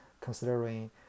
considering